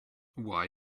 why